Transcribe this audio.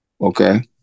Okay